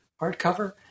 hardcover